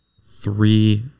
three